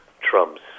Trump's